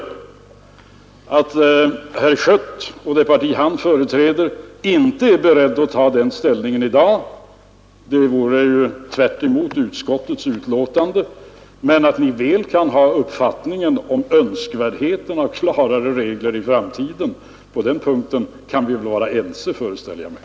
Jag förstår att herr Schött och det parti han företräder inte är beredda att inta den ståndpunkten i dag — det vore att gå tvärtemot utskottets betänkande — men att ni väl kan ha en uppfattning om önskvärdheten av klarare regler i framtiden. Jag föreställer mig att vi kan vara ense på denna punkt.